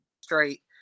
straight